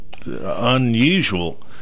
unusual